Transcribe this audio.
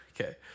Okay